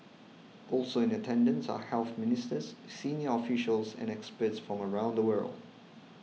also in attendance are health ministers senior officials and experts from around the world